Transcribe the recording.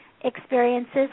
experiences